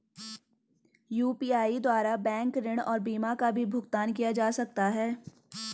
UPI द्वारा bank ऋण और बीमा का भी भुगतान किया जा सकता है?